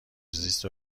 زیست